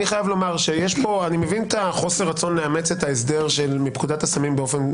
אני מבין את חוסר הרצון לאמץ את ההסדר של מפקודת הסמים באופן מלא.